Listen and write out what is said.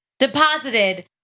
Deposited